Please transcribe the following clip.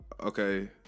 okay